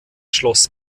schloss